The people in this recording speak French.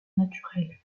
naturelle